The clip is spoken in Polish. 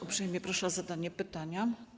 Uprzejmie proszę o zadanie pytania.